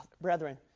brethren